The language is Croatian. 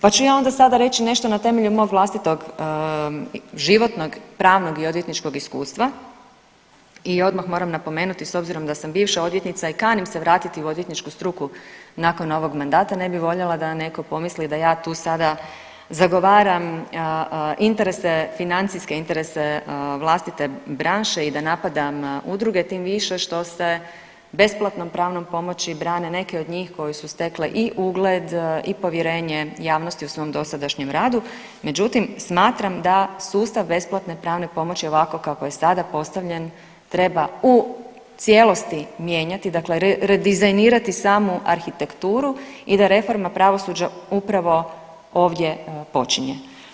Pa ću ja onda sada reći nešto na temelju mog vlastitog životnog, pravnog i odvjetničkog iskustva i odmah moram napomenuti s obzirom da sam bivša odvjetnica i kanim se vratiti u odvjetničku struku nakon ovog mandata ne bi voljela da neko pomisli da ja tu sada zagovaram interese financijske, interese vlastite branše i da napadam udruge, tim više što se besplatnom pravnom pomoći brane neke od njih koje su stekle i ugled i povjerenje javnosti u svom dosadašnjem radu, međutim smatram da sustav besplatne pravne pomoći ovako kako je sada postavljen treba u cijelosti mijenjati, dakle redizajnirati samu arhitekturu i da reforma pravosuđa upravo ovdje počinje.